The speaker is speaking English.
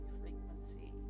frequency